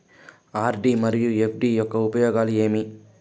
RD మరియు FD యొక్క ఉపయోగాలు ఏమి?